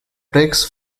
breaks